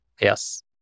Yes